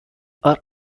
are